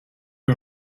you